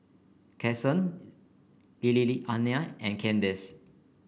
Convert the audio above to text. Kason Lillianna and Kaydence